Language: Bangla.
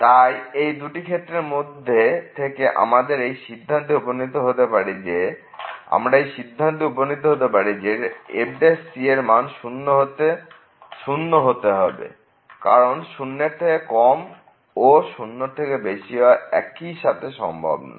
তাই এই দুটির মধ্যে থেকে আমরা এই সিদ্ধান্তে উপনিত হতে পারি যে fc র মান শূন্য হতে হবে কারণ শূন্যর থেকে কম ও 0 এর থেকে বেশি হওয়া একই সাথে সম্ভব নয়